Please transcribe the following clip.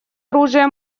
оружия